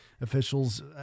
Officials